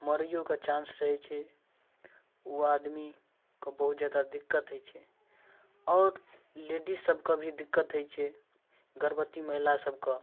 मरैयोके chance रहै छै ओ आदमीके बहुत जादा दिक्कत होइ छै आओर लेडीजसबके भी दिक्कत होइ छै गर्भवती महिला सबके